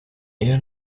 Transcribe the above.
iyo